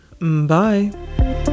Bye